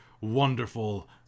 wonderful